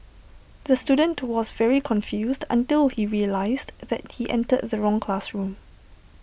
the student towards very confused until he realised that he entered the wrong classroom